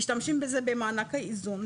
משתמשים בזה במענקי איזון,